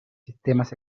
sistemas